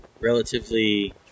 relatively